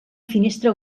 finestra